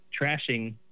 trashing